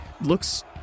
Looks